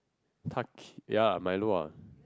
tuck ya Milo ah